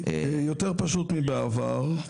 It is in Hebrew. זה יותר פשוט מאשר בעבר,